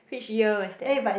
which year was that